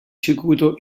circuito